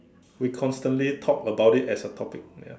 we constantly talk about it as a topic ya